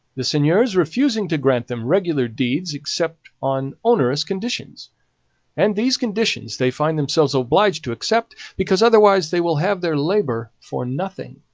the seigneurs refusing to grant them regular deeds except on onerous conditions and these conditions they find themselves obliged to accept, because otherwise they will have their labour for nothing